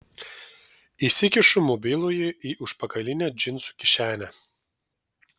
įsikišu mobilųjį į užpakalinę džinsų kišenę